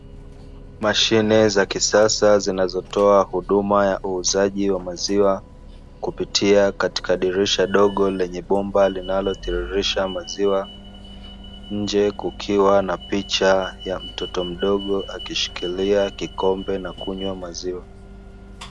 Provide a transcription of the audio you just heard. Mashine za kisasa zinazotoa huduma ya uuzaji wa maziwa, kupitia katika dirisha dogo lenye bomba linalotiririsha maziwa, nje kukiwa na picha ya mtoto mdogo akishikilia kikombe na kunywa maziwa.